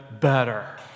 better